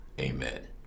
Amen